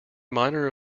minor